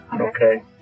Okay